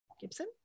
Gibson